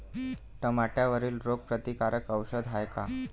टमाट्यावरील रोग प्रतीकारक औषध हाये का?